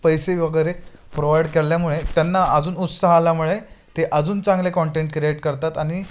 पैसे वगैरे प्रोवाईड केल्यामुळे त्यांना अजून उत्साह आल्यामुळे ते अजून चांगले कॉन्टेंट क्रिएट करतात आणि